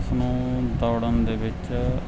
ਉਸ ਨੂੰ ਦੌੜਨ ਦੇ ਵਿੱਚ